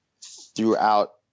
throughout